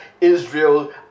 Israel